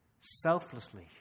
selflessly